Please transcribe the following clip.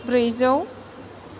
ब्रैजौ